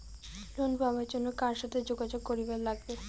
Loan পাবার জন্যে কার সাথে যোগাযোগ করিবার লাগবে?